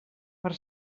per